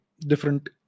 different